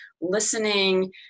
listening